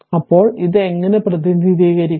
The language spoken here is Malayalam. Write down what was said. അപ്പോൾ ഇത് എങ്ങനെ പ്രതിനിധീകരിക്കും